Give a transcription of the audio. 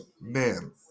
man